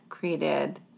created